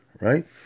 right